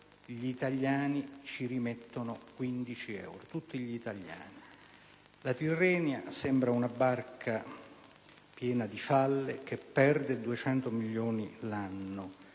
gli italiani ci rimettono 15 euro. La Tirrenia sembra una barca piena di falle che perde 200 milioni l'anno,